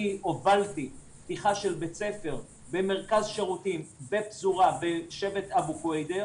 אני הובלתי פתיחה של בית ספר במרכז שירותים בפזורה בשבט קוידר